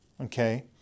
Okay